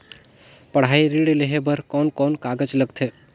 पढ़ाई ऋण लेहे बार कोन कोन कागज लगथे?